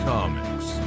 Comics